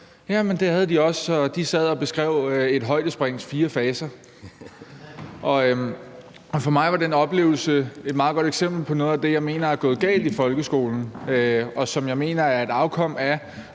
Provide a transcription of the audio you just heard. Jamen, det havde de også, og de sad og beskrev et højdesprings fire faser. For mig var den oplevelse et meget godt eksempel på noget af det, som jeg mener er gået galt i folkeskolen, og som jeg mener er et resultat